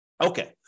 Okay